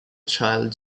child